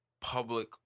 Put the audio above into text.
public